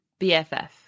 BFF